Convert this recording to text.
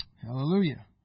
Hallelujah